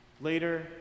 Later